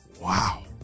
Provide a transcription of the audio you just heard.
Wow